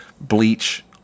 bleach